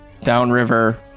downriver